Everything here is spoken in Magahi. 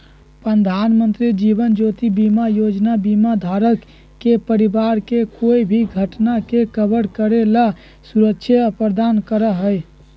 प्रधानमंत्री जीवन ज्योति बीमा योजना बीमा धारक के परिवार के कोई भी घटना के कवर करे ला सुरक्षा प्रदान करा हई